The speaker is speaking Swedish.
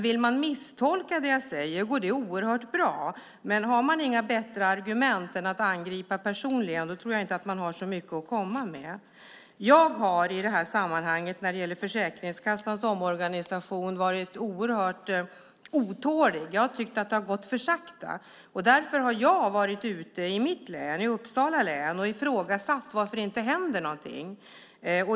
Vill man misstolka det jag säger går det förstås bra, men om man inte har några bättre argument att ta till än personangrepp tror jag inte att man har så mycket att komma med. Jag har när det gäller Försäkringskassans omorganisation varit oerhört otålig. Jag har tyckt att det gått för långsamt, och därför har jag rest runt i mitt hemlän Uppsala och ifrågasatt varför det inte händer någonting.